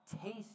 taste